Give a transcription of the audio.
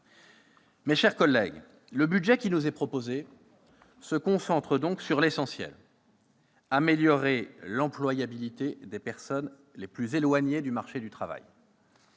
Mes chers collègues, le budget qui nous est proposé se concentre donc sur l'essentiel : améliorer l'employabilité des personnes les plus éloignées du marché du travail.